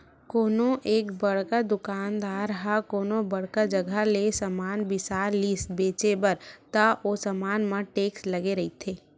कोनो एक बड़का दुकानदार ह कोनो बड़का जघा ले समान बिसा लिस बेंचे बर त ओ समान म टेक्स लगे रहिथे